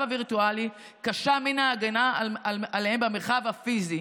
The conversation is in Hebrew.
הווירטואלי קשה מן ההגנה עליהם במרחב הפיזי".